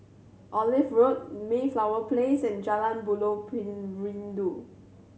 Olive Road Mayflower Place and Jalan Buloh Perindu